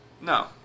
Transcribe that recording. No